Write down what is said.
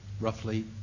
roughly